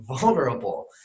vulnerable